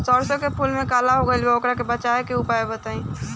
सरसों के फूल काला हो गएल बा वोकरा से बचाव के उपाय बताई?